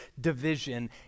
division